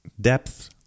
depth